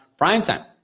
Primetime